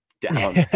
down